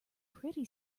pretty